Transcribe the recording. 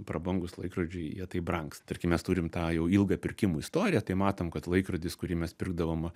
prabangūs laikrodžiai jie taip brangs tarkim mes turim tą jau ilgą pirkimų istoriją tai matom kad laikrodis kurį mes pirkdavom